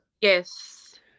Yes